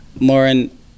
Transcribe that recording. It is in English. Lauren